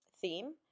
theme